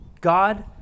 God